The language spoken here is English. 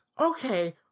okay